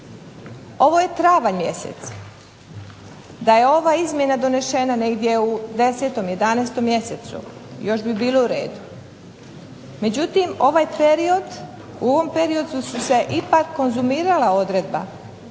Ovo je travanj mjesec, da je ova izmjena donesena negdje u 10., 11. mjesecu još bi bilo u redu. Međutim, ovaj period, su se ipak konzumirala odredba,